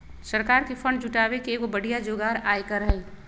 सरकार के फंड जुटावे के एगो बढ़िया जोगार आयकर हई